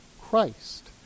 Christ